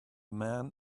man